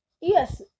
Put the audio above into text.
yes